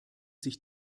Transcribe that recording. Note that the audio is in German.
sich